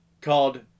called